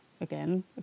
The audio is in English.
again